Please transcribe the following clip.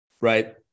right